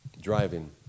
driving